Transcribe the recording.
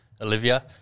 Olivia